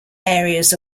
areas